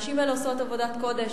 הנשים האלה עושות עבודת קודש.